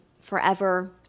forever